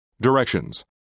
Directions